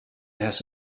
has